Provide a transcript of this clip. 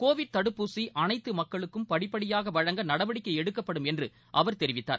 Covid தடுப்பூசி அனைத்து மக்களுக்கும் படிப்படியாக வழங்க நடவடிக்கை எடுக்கப்படும் என்று அவர் தெரிவித்தார்